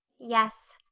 yes,